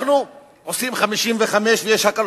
אנחנו קובעים 55 ויש הקלות.